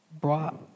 brought